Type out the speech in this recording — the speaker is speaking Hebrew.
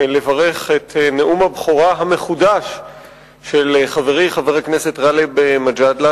לברך על נאום הבכורה המחודש של חברי חבר הכנסת גאלב מג'אדלה,